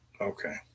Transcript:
Okay